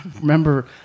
remember